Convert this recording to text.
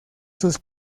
sus